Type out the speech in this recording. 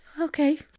Okay